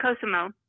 Cosimo